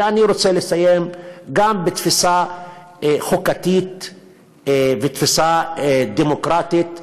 ואני רוצה לסיים גם בתפיסה חוקתית ותפיסה דמוקרטית,